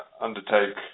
undertake